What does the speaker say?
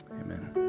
amen